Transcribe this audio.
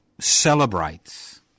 celebrates